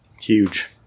Huge